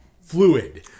fluid